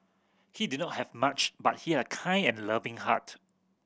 he did not have much but he had a kind and loving heart